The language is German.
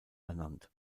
ernannt